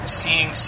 seeing